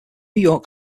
york